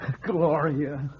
Gloria